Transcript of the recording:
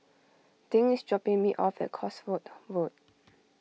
dink is dropping me off at Cosford Road